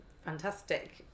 Fantastic